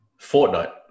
Fortnite